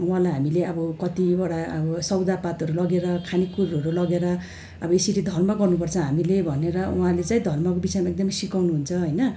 उहाँलाई हामीले अब कतिवटा अब सौदापातहरू लगेर खानेकुरोहरू लगेर अब यसरी धर्म गर्नुपर्छ हामीले भनेर उहाँले चाहिँ धर्मको विषयमा एकदमै सिकाउनुहुन्छ होइन